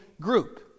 group